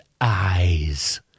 Eyes